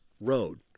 road